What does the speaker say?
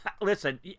Listen